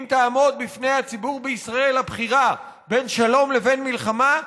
אם תעמוד בפני הציבור בישראל הבחירה בין שלום לבין מלחמה,